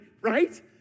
right